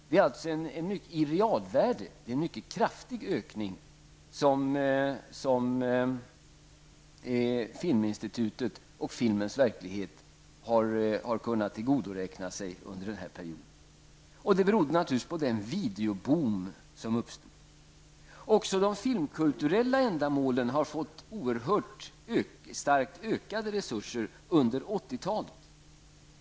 Det är alltså en mycket kraftig ökning som Filminstitutet och filmens verklighet har kunnat tillgodoräkna sig under den här perioden. Det beror naturligtvis på den videoboom som uppstod. Också de filmkulturella ändamålen har fått oerhört starkt ökade resurser under 1980-talet.